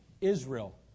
Israel